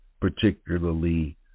particularly